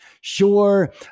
Sure